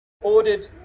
ordered